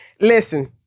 listen